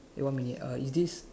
eh one minute uh is this